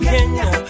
Kenya